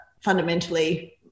fundamentally